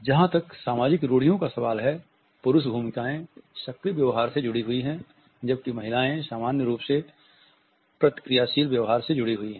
जहां तक सामाजिक रूढ़ियों का सवाल है पुरुष भूमिकाएं सक्रिय व्यवहार से जुड़ी हुई हैं जबकि महिलाएं सामान्य रूप से प्रतिक्रियाशील व्यवहार से जुड़ी हुई हैं